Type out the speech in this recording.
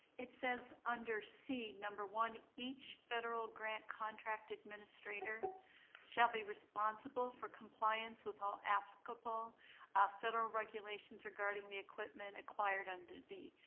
it says under c, number one each federal grant contract administrator shall be responsible for compliance with all applicable ah federal regulations regarding the equipment acquired under b,